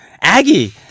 Aggie